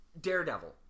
Daredevil